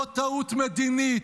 לא טעות מדינית,